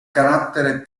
carattere